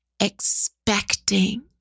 expecting